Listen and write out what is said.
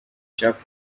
chuck